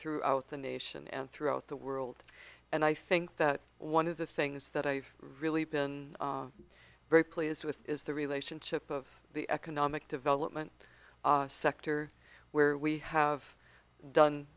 throughout the nation and throughout the world and i think that one of the things that i've really been very pleased with is the relationship of the economic development sector where we have done